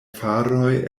faroj